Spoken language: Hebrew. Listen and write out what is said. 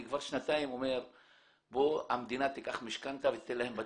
אני כבר שנתיים אומר שהמדינה תיקח משכנתא ותיתן להם בתים,